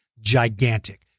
gigantic